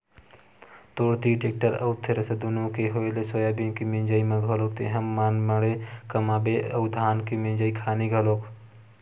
तोर तीर टेक्टर अउ थेरेसर दुनो के होय ले सोयाबीन के मिंजई म घलोक तेंहा मनमाड़े कमाबे अउ धान के मिंजई खानी घलोक